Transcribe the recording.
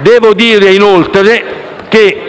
*(Applausi del